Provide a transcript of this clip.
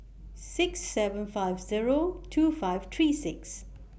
six seven five Zero two five three six